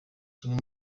kimwe